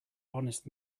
honest